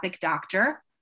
doctor